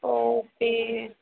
okay